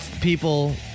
people